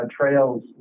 trails